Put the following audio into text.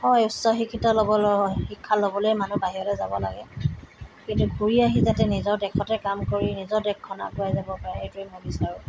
হয় উচ্চ শিক্ষিত লগ লগ শিক্ষা ল'বলৈ মানুহ বাহিৰলৈ যাব লাগে কিন্তু ঘূৰি আহি যাতে নিজৰ দেশতে কাম কৰি নিজৰ দেশখন আগুৱাই যাব পাৰে সিটোৱে মই বিচাৰোঁ